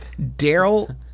Daryl